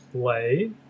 play